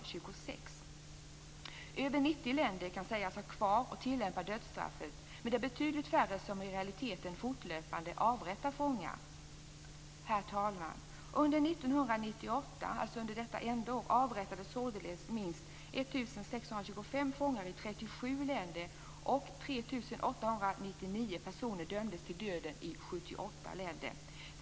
Över 90 länder har kvar och tillämpar dödsstraffet, men det är betydligt färre länder som i realiteten fortlöpande avrättar fångar. Herr talman! Under 1998 avrättades således minst 1 625 fångar i 37 länder, och 3 899 personer dömdes till döden i 78 länder.